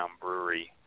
brewery